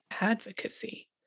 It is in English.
advocacy